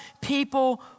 people